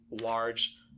large